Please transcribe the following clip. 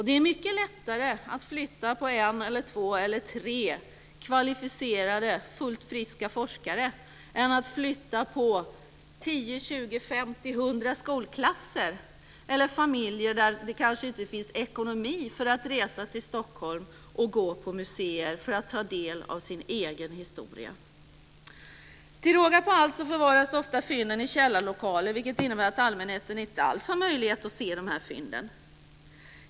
Det är mycket lättare att flytta på en, två eller tre kvalificerade fullt friska forskare än att flytta på 10, 20, 50 eller 100 skolklasser eller familjer som kanske inte har ekonomi för att resa till Stockholm och gå på museum för att ta del av sin egen historia. Till råga på allt förvaras ofta fynden i källarlokaler, vilket innebär att allmänheten inte alls har möjlighet att se dem.